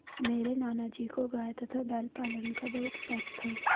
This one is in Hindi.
मेरे नाना जी को गाय तथा बैल पालन का बहुत शौक था